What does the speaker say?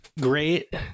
great